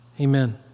Amen